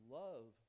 love